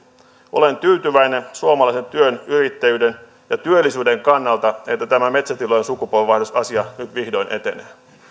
olen tyytyväinen suomalaisen työn yrittäjyyden ja työllisyyden kannalta että tämä metsätilojen sukupolvenvaihdosasia nyt vihdoin etenee